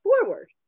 forward